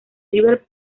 river